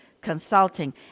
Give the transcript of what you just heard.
Consulting